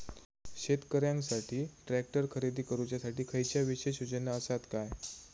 शेतकऱ्यांकसाठी ट्रॅक्टर खरेदी करुच्या साठी खयच्या विशेष योजना असात काय?